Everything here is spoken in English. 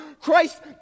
christ